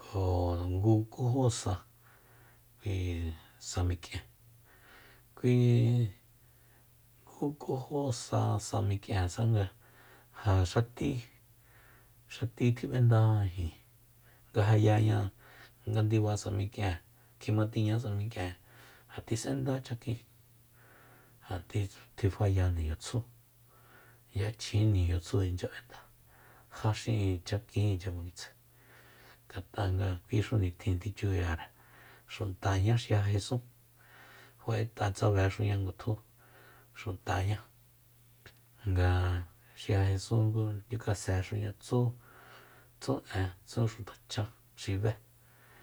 kjo ngu ku jo sa kui samik'ien kui ngu ku jo sa samik'iensa nga ja xati- xati tjib'enda ijin nga ja yaña nga ndiba samik'ien kjimatiña sa mik'ien ja tjis'endá chakin ja tjifaya niñutsjú yachjin niñutsjú inchya b'enda ja xi'in chakin inchya manguitsjae ngat'a kuixu nitjin tjichuyare xutaña xi ja jesún fa'et'atsabexuña ngutjú xutaña nga xi ja jesún ku ndiukasexuña tsú-tsú en tsú xuta chá xi bé